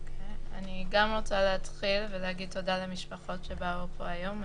אני גם רוצה להתחיל ולהגיד תודה למשפחות שבאו לפה היום.